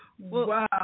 Wow